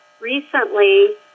recently